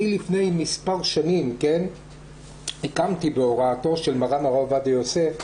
אני לפני מספר שנים הקמתי בהוראתו של מרן הרב עובדיה יוסף,